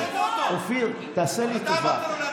אתה לא יכול